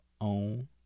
own